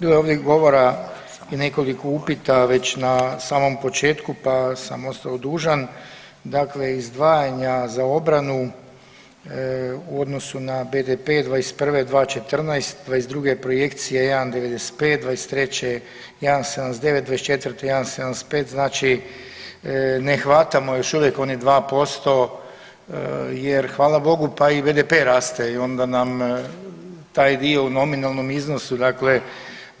Bilo je ovdje govora i nekoliko upita već na samom početku pa sam ostao dužan, dakle izdvajanja za obranu u odnosu na BDP '21. 2,14, '22. projekcije 1,95, '23. 1,79, '24. 1,75 znači ne hvatamo još uvijek onih 2% jer hvala Bogu pa i BDP raste i onda nam taj dio u nominalnom iznosu dakle